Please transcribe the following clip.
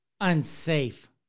unsafe